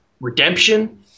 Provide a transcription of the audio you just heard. redemption